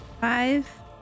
Five